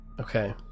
Okay